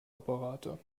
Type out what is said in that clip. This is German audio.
operator